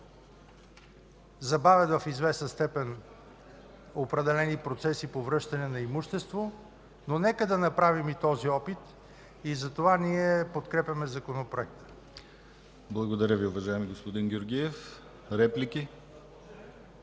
забавят в известна степен определени процеси по връщане на имущество. Но нека да направим и този опит – затова ние подкрепяме Законопроекта. ПРЕДСЕДАТЕЛ ДИМИТЪР ГЛАВЧЕВ: Благодаря Ви, уважаеми господин Георгиев. Реплики?